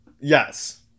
yes